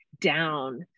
down